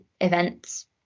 events